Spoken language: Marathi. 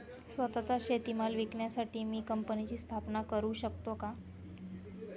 स्वत:चा शेतीमाल विकण्यासाठी मी कंपनीची स्थापना करु शकतो का?